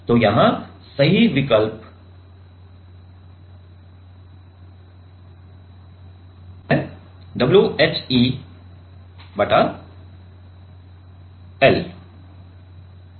तो यहाँ सही विकल्प 2 WHE बटा L है